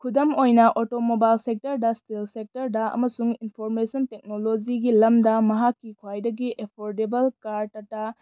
ꯈꯨꯗꯝ ꯑꯣꯏꯅ auto mobile ꯁꯦꯛꯇꯔꯗ ꯁ꯭ꯇꯤꯜ ꯁꯦꯛꯇꯔꯗ ꯑꯃꯁꯨꯡ ꯏꯟꯐꯣꯔꯃꯦꯁꯟ ꯇꯦꯛꯅꯣꯂꯣꯖꯤꯒꯤ ꯂꯝꯗ ꯃꯍꯥꯛꯀꯤ ꯈ꯭ꯋꯥꯏꯗꯒꯤ ꯑꯦꯐꯣꯔꯗꯦꯕꯜ ꯀꯥꯔ ꯇꯇꯥ